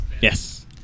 Yes